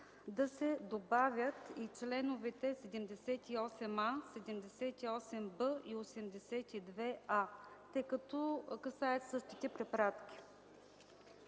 да се добавят и членовете 78а, 78б и 82а, тъй като касаят същите препратки.